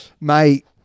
Mate